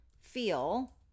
feel